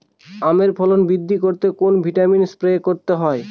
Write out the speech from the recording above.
আমের ফলন বৃদ্ধি করতে কোন ভিটামিন স্প্রে করতে হয়?